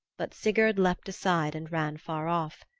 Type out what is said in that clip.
but sigurd leaped aside and ran far off.